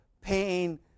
pain